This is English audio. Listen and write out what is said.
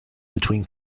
between